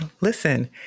Listen